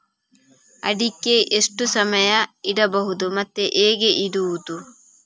ಅಡಿಕೆ ಎಷ್ಟು ಸಮಯ ಇಡಬಹುದು ಮತ್ತೆ ಹೇಗೆ ಇಡುವುದು?